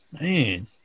Man